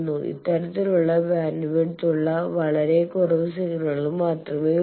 ഇത്തരത്തിലുള്ള ബാൻഡ്വിഡ്ത്ത് ഉള്ള വളരെ കുറച്ച് സിഗ്നലുകൾ മാത്രമേയുള്ളൂ